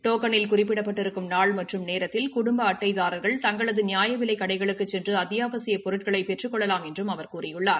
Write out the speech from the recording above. டோக்கனில் குறிப்பிடப்பட்டிருக்கும் நாள் மற்றும் நேரத்தில் குடும்ப அட்டைதாரா்கள் தங்களது நியாயவிலைக் கடைகளுக்குச் சென்று அத்தியாவசியப் பொருட்களை பெற்றுக்கொள்ளலாம் என்று கூறியுள்ளார்